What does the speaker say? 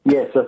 Yes